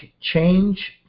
change